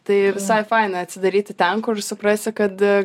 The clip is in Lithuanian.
tai visai faina atsidaryti ten kur suprasi kad